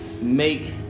make